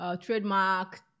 trademark